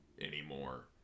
anymore